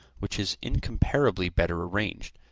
which is incomparably better arranged,